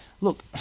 look